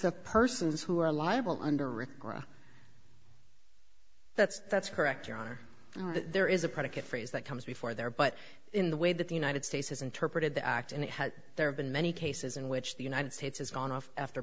of persons who are liable under record that's that's correct your honor that there is a predicate phrase that comes before there but in the way that the united states has interpreted the act and it has there have been many cases in which the united states has gone off after